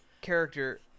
character